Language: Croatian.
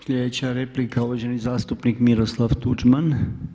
Sljedeća replika uvaženi zastupnik Miroslav Tuđman.